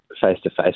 face-to-face